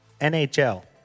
NHL